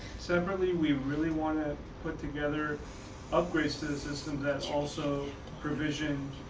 severally, we really want to put together upgrade systems that also provision